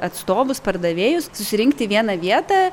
atstovus pardavėjus susirinkti į vieną vietą